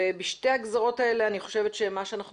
בשתי הגזרות האלה אני חושבת שמה שאנחנו